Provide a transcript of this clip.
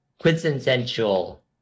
quintessential